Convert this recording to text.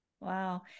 Wow